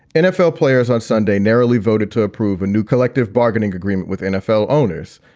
nfl players on sunday narrowly voted to approve a new collective bargaining agreement with nfl owners.